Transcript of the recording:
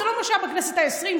זה לא מה שהיה בכנסת העשרים,